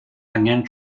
angen